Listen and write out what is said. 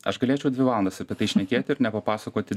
aš galėčiau dvi valandas apie tai šnekėti ir nepapasakoti